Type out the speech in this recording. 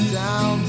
down